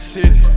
City